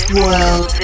world